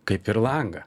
kaip ir langą